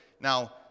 Now